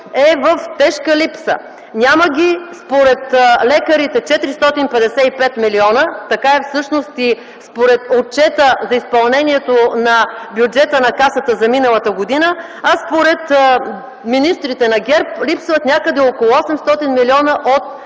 е в тежка липса. Няма ги според лекарите 455 милиона, така е всъщност и според отчета за изпълнението на бюджета на Касата за миналата година, а според министрите на ГЕРБ липсват някъде около 800 милиона от резерва